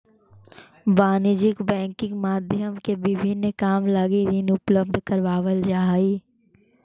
वाणिज्यिक बैंकिंग के माध्यम से विभिन्न काम लगी ऋण उपलब्ध करावल जा हइ